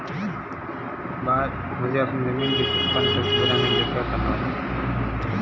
मुझे अपनी ज़मीन की उत्पादन शक्ति बढ़ाने के लिए क्या करना होगा?